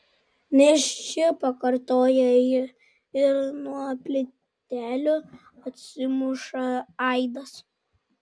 nėščia pakartoja ji ir nuo plytelių atsimuša aidas